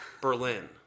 Berlin